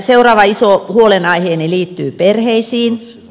seuraava iso huolenaiheeni liittyy perheisiin